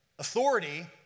Authority